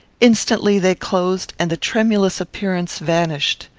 instantly they closed, and the tremulous appearance vanished.